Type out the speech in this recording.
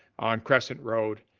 on crescent road